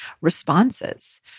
responses